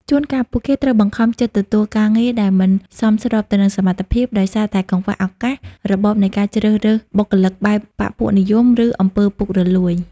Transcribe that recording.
ជួនកាល ពួកគេត្រូវបង្ខំចិត្តទទួលការងារដែលមិនសមស្របទៅនឹងសមត្ថភាព ដោយសារតែកង្វះឱកាស របបនៃការជ្រើសរើសបុគ្គលិកបែបបក្ខពួកនិយម ឬអំពើពុករលួយ។